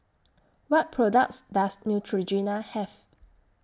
What products Does Neutrogena Have